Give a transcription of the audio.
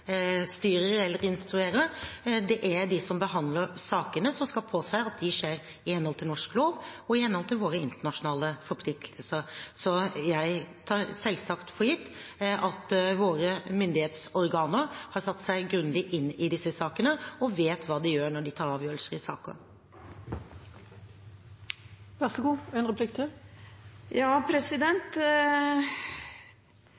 som behandler sakene, og som skal påse at det skjer i henhold til norsk lov og i henhold til våre internasjonale forpliktelser. Jeg tar selvsagt for gitt at våre myndighetsorganer har satt seg grundig inn i disse sakene og vet hva de gjør når de tar avgjørelser i